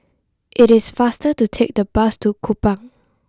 it is faster to take the bus to Kupang